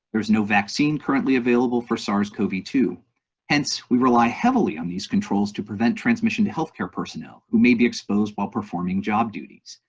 there's no vaccine currently available for sars cov two hence, we rely heavily on these controls to prevent transmission to healthcare personnel who may be exposed while performing job duties.